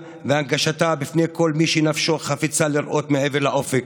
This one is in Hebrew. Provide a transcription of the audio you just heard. והנגשתה בפני כל מי שנפשו חפצה לראות מעבר לאופק.